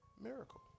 miracle